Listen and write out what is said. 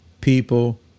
people